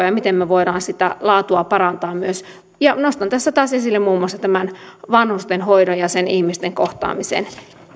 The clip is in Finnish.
ja miten me voimme sitä laatua parantaa myös nostan tässä taas esille muun muassa tämän vanhustenhoidon ja ihmisten kohtaamisen